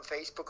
Facebook